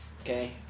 Okay